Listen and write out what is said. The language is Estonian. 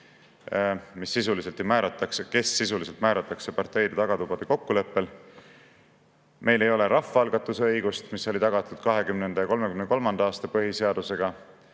kes sisuliselt määratakse parteide tagatubade kokkuleppega. Meil ei ole rahvaalgatuse õigust, mis oli tagatud 1920. ja 1933. aasta põhiseadusega,